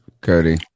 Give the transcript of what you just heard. Cody